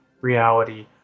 reality